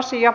asia